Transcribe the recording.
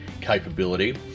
capability